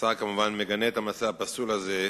החינוך ביום כ"ב באדר תשס"ט (18 במרס 2009):